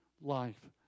life